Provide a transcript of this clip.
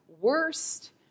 worst